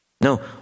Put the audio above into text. No